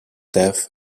death